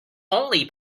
only